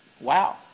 Wow